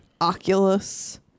Oculus